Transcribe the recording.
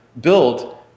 build